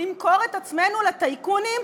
למכור את עצמנו לטייקונים,